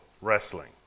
wrestling